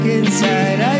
inside